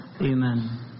Amen